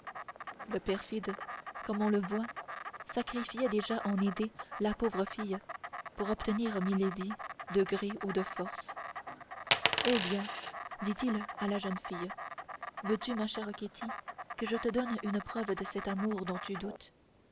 le perfide comme on le voit sacrifiait déjà en idée la pauvre fille pour obtenir milady de gré ou de force eh bien dit-il à la jeune fille veux-tu ma chère ketty que je te donne une preuve de cet amour dont tu doutes